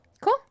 Cool